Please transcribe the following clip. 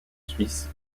suisse